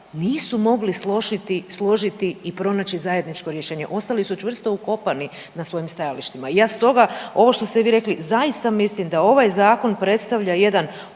nisu mogli složiti i pronaći zajedničko rješenje. Ostali su čvrsto ukopani na svojim stajalištima. I ja stoga ovo što ste vi rekli zaista mislim da ovaj zakon predstavlja jedan